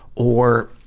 or,